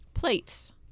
Plates